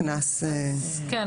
קנס --- קודם כל,